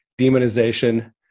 demonization